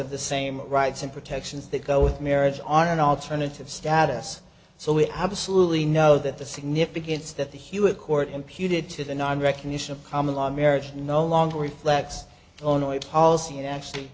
of the same rights and protections that go with marriage on an alternative status so we absolutely know that the significance that the hewitt court imputed to the non recognition of common law marriage no longer reflects the only policy it actually